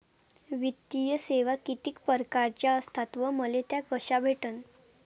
वित्तीय सेवा कितीक परकारच्या असतात व मले त्या कशा भेटन?